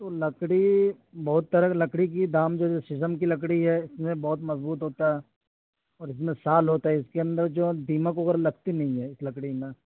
لکڑی بہت طرح لکڑی کی دام جو ہے شیشم کی لکڑی ہے اس میں بہت مضبوط ہوتا ہے اور اس میں سال ہوتا ہے اس کے اندر جو ہیں دیمک وغیرہ لگتی نہیں ہے اس لکڑی میں